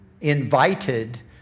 invited